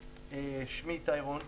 שמי איתי רון,